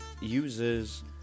uses